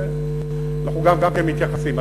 ואנחנו גם כן מתייחסים.